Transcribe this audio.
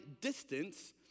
distance